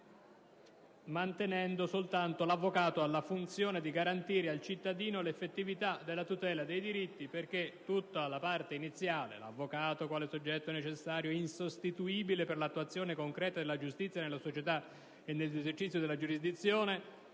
con la seguente: «L'avvocato ha la funzione di garantire al cittadino l'effettività della tutela dei diritti». Tutta la parte iniziale, ossia «L'avvocato, quale soggetto necessario e insostituibile per l'attuazione concreta della giustizia nella società e nell'esercizio della giurisdizione»,